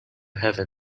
heaven